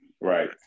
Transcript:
Right